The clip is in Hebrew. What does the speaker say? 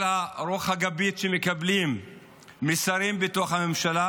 הרוח הגבית שמקבלים משרים בתוך הממשלה.